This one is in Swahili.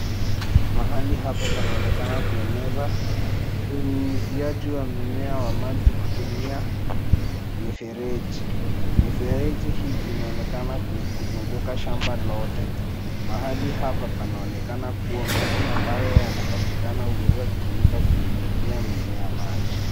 Mahali hapa panaonekana kueneza unyunyiziaji wa mimea wa maji kutumia mifereji. Mifereji hii inaonekana kuzunguka shamba lote. Mahali hapa panaonekana kuwa maji ambayo yanapatikana huweza kutumika kunyunyizia mimea maji.